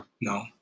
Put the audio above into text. No